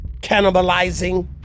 cannibalizing